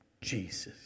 Jesus